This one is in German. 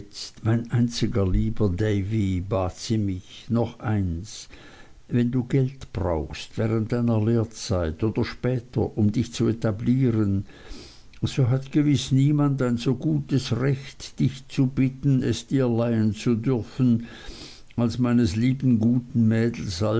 mein einziger lieber davy bat sie mich noch eins wenn du geld brauchst während deiner lehrzeit oder später um dich zu etablieren so hat gewiß niemand ein so gutes recht dich zu bitten es dir leihen zu dürfen als meines lieben guten mädels